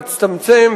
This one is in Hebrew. יצטמצם,